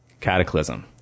cataclysm